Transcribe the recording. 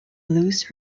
loose